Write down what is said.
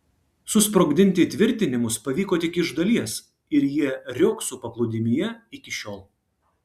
susprogdinti įtvirtinimus pavyko tik iš dalies ir jie riogso paplūdimyje iki šiol